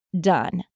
Done